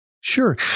Sure